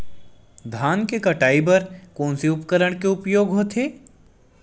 धान के कटाई बर कोन से उपकरण के उपयोग होथे?